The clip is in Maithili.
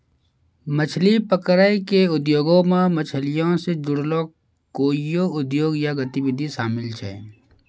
मछली पकरै के उद्योगो मे मछलीयो से जुड़लो कोइयो उद्योग या गतिविधि शामिल छै